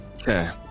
okay